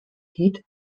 heat